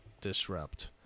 disrupt